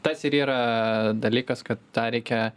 tas ir yra dalykas kad tą reikia